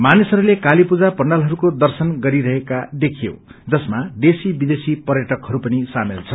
मानिसहरूले काली पूजा पण्डालहरूको दर्शन गरिरहेका देखियो जसमा देशी विदेशी पर्यटकहरू पनि सामेल छन्